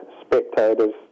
Spectators